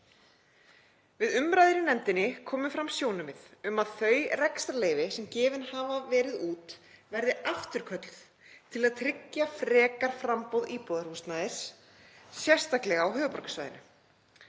Við umræður í nefndinni komu fram sjónarmið um að þau rekstrarleyfi sem gefin hafa verið út verði afturkölluð til að tryggja frekar framboð íbúðarhúsnæðis, sérstaklega á höfuðborgarsvæðinu.